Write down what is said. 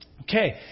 Okay